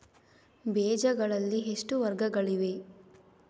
ಬೇಜಗಳಲ್ಲಿ ಎಷ್ಟು ವರ್ಗಗಳಿವೆ?